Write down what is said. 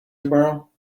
tomorrow